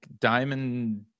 Diamond